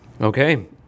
Okay